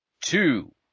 Two